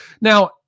now